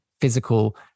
physical